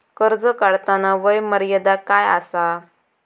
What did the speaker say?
कर्ज काढताना वय मर्यादा काय आसा?